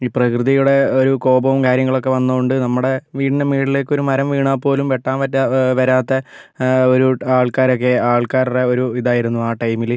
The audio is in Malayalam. ഈ പ്രകൃതിയുടെ ഒരു കോപവും കാര്യങ്ങളൊക്കെ വന്നതുകൊണ്ട് നമ്മുടെ വീടിൻ്റെ മേളിലേക്കൊരു മരം വീണാൽ പോലും വെട്ടാൻ പറ്റാ വരാത്ത ഒരു ആൾക്കാരൊക്കെ ആൾക്കാരുടെ ഒരു ഇതായിരുന്നു ആ ടൈമിൽ